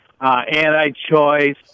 anti-choice